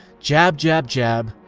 jab, jab, jab,